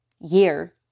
year